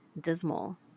dismal